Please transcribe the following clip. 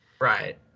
Right